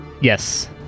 Yes